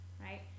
right